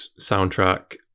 soundtrack